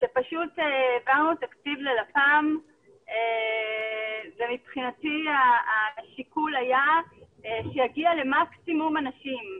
שפשוט העברנו תקציב ללפ"מ ומבחינתי השיקול היה שיגיע למקסימום אנשים.